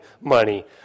money